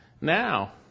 Now